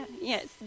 yes